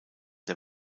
der